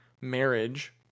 marriage